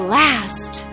last